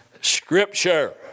Scripture